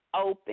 open